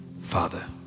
father